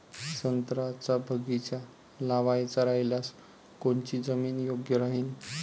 संत्र्याचा बगीचा लावायचा रायल्यास कोनची जमीन योग्य राहीन?